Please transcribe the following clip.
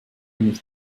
mich